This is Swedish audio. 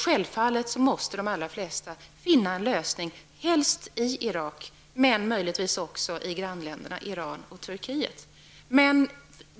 Självfallet måste de allra flesta finna en lösning helst i Irak, men det kan möjligtvis också ske i grannländerna Iran och Turkiet.